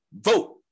vote